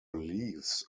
leaves